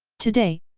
today,